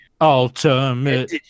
Ultimate